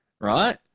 Right